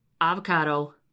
avocado